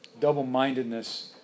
Double-mindedness